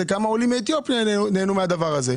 וכמה עולים מאתיופיה נהנו מן הדבר הזה.